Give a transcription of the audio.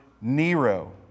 Nero